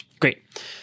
Great